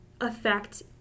affect